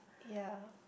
ya